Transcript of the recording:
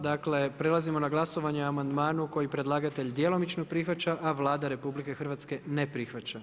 Dakle, prelazimo na glasovanje o amandmanu koji predlagatelj djelomično prihvaća a Vlada RH, ne prihvaća.